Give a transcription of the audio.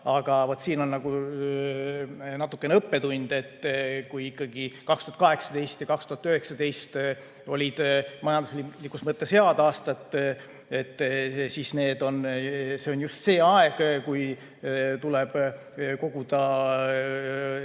Aga siin on nagu natukene õppetund, et kui ikkagi 2018 ja 2019 olid majanduslikus mõttes head aastad, siis see oli just see aeg, kui oleks